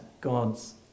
God's